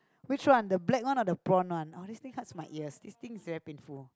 which one the black one or the blonde one I only cut my ear this thing very painful